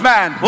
Man